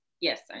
Yes